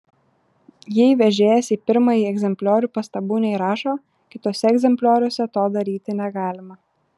jei vežėjas į pirmąjį egzempliorių pastabų neįrašo kituose egzemplioriuose to daryti negalima